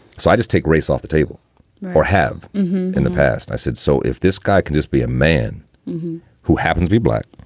so i just take race off the table or have in the past. i said, so if this guy can just be a man who happens to be black,